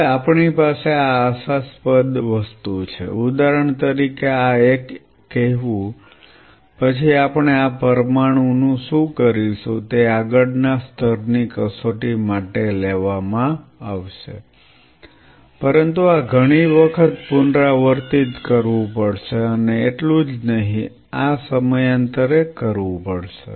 હવે આપણી પાસે આ આશાસ્પદ વસ્તુ છે ઉદાહરણ તરીકે આ એક કહેવું પછી આપણે આ પરમાણુ નું શું કરીશું તે આગળ ના સ્તર ની કસોટી માટે લેવામાં આવશે પરંતુ આ ઘણી વખત પુનરાવર્તિત કરવું પડશે અને એટલું જ નહીં આ સમયાન્તરે કરવું પડશે